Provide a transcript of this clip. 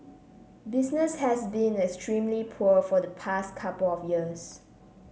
business has been extremely poor for the past couple of years